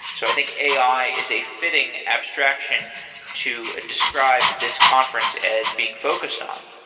so i think ai is a fitting abstraction to describe this conference as being focused on.